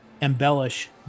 embellish